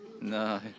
No